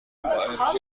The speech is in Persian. انقد